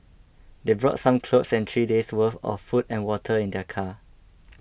they brought some clothes and three days' worth of food and water in their car